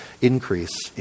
increase